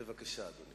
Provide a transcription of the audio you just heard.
בבקשה, אדוני.